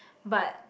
but